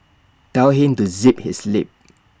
tell him to zip his lip